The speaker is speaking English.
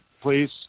please